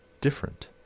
different